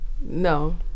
no